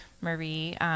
Marie